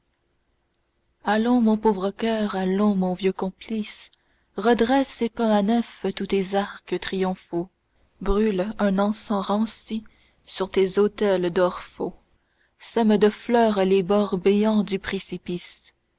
allons mon pauvre coeur allons mon vieux complice redresse et peins à neuf tous tes arcs triomphaux brûle un encens ranci sur tes autels d'or faux sème de fleurs les bords béants du précipice